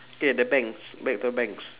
K the banks back to the banks